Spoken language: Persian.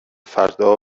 فردا